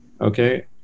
Okay